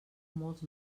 molts